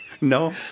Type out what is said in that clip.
No